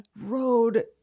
Road